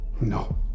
No